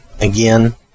again